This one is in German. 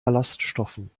ballaststoffen